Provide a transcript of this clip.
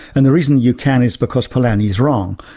and the reason you can is because polanyi's wrong.